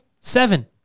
Seven